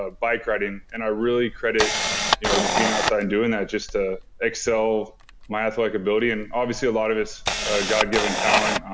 ah bike riding and i really credit you know just being outside and doing that just to excel my athletic ability, and obviously a lot of it's a god given talent,